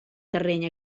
terreny